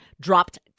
dropped